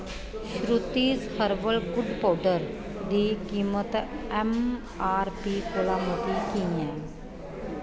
Shruti's herbal गुड़ powder दी कीमत ऐम्म आर पी कोला मती की ऐ